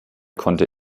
konnte